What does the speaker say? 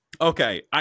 Okay